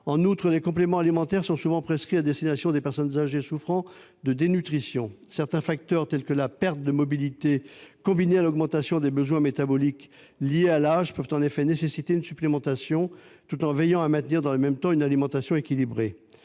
En outre, les compléments alimentaires sont souvent prescrits aux personnes âgées souffrant de dénutrition. Certains facteurs tels que la perte de mobilité, combinés à l'augmentation des besoins métaboliques liés à l'âge, peuvent en effet nécessiter une supplémentation, parallèlement au maintien d'une alimentation équilibrée.